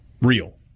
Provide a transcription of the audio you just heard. real